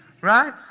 Right